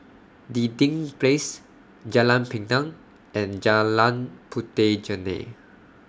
Dinding Place Jalan Pinang and Jalan Puteh Jerneh